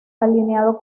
alineado